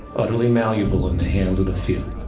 utterly malleable in the hands of the few.